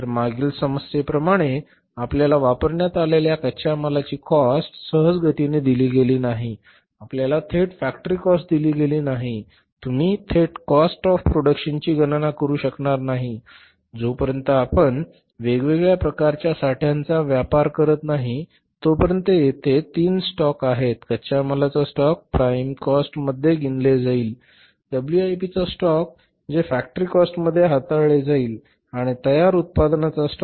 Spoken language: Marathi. तर मागील समस्येप्रमाणे आपल्याला वापरण्यात आलेल्या कच्च्या मालाची कॉस्ट सहजगतीने दिली गेली नाही आपल्याला थेट फॅक्टरी कॉस्ट दिले गेले नाही आणि तुम्ही थेट कॉस्ट ऑफ प्रोडक्शन ची गणना करू शकणार नाही जोपर्यंत आपण वेगवेगळ्या प्रकारच्या साठ्यांचा व्यापार करत नाही तोपर्यंत येथे तीन स्टॉक आहेत कच्च्या मालाचा स्टॉक ज्याला प्राईम कॉस्ट मध्ये गिणले जाईल डब्ल्यूआयपीचा साठा जे फॅक्टरी कॉस्ट मध्ये हाताळले जाईल आणि तयार उत्पादनाच्या साठा